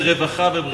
זה רווחה ובריאות.